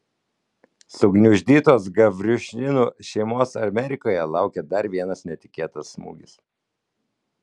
sugniuždytos gavriušinų šeimos amerikoje laukė dar vienas netikėtas smūgis